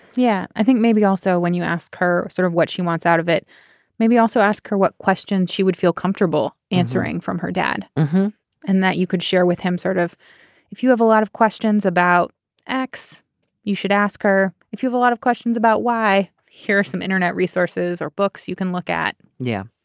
yeah i think maybe also when you ask her sort of what she wants out of it maybe also ask her what questions she would feel comfortable answering from her dad and that you could share with him sort of if you have a lot of questions about x you should ask her if you've a lot of questions about why. here are some internet resources or books you can look at yeah.